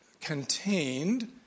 contained